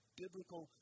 biblical